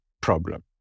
problem